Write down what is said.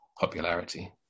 popularity